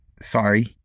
sorry